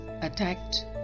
attacked